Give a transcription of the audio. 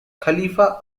khalifa